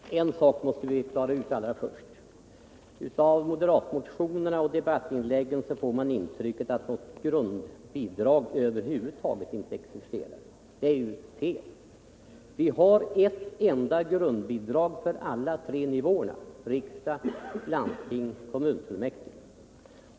Herr talman! En sak måste vi klara ut allra först. Av moderatmotionerna och debattinläggen får man intrycket att något grundbidrag över huvud taget inte existerar. Det är ju fel. Vi har ett enda grundbidrag för alla tre nivåerna: riksdag, landsting, kommunfullmäktige.